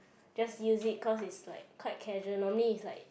just use it cause it's like quite casual normally it's like